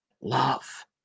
love